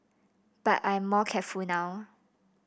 but I'm more careful now